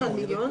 ב-41 מיליון.